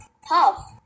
half